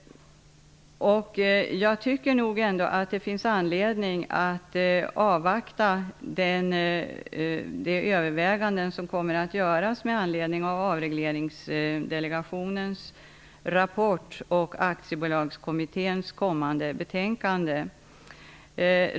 Jag tycker nog att det ändå finns anledning att avvakta de överväganden som kommer att göras med anledning av Avregleringsdelegationens rapport och Aktiebolagskommitténs kommande betänkande.